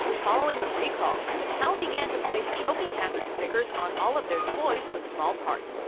following a recall, mattel began to place choking hazard stickers on all of their toys with small parts,